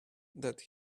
that